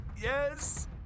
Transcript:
yes